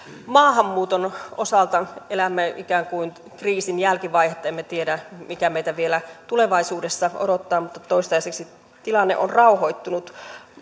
maahanmuuton osalta elämme ikään kuin kriisin jälkivaihetta emme tiedä mikä meitä vielä tulevaisuudessa odottaa mutta toistaiseksi tilanne on rauhoittunut